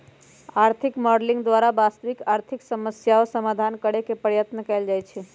आर्थिक मॉडलिंग द्वारा वास्तविक आर्थिक समस्याके समाधान करेके पर्यतन कएल जाए छै